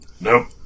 Nope